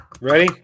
Ready